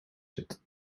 zit